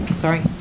Sorry